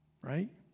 Right